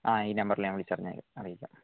ആ ഈ നമ്പറിൽ ഞാൻ വിളിച്ച് പറഞ്ഞേക്കാം അറിയിക്കാം